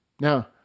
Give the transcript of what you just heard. Now